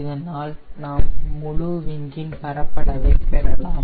இதனால் நாம் முழு விங்கின் பரப்பளவை பெறலாம்